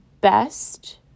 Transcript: best